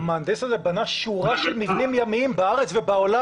המהנדס הזה בנה שורה של מבנים ימיים בארץ ובעולם.